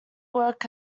work